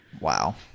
wow